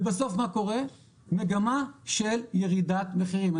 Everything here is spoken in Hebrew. ובסוף מה קורה, מגמה של ירידת מחירים.